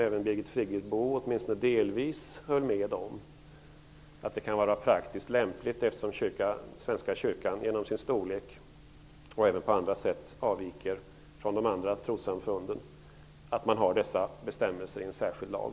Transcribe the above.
Även Birgit Friggebo höll åtminstone delvis med om att det kan vara praktiskt lämpligt, eftersom Svenska kyrkan genom sin storlek och även på andra sätt avviker från de andra trossamfunden, att man har dessa bestämmelser i en särskild lag.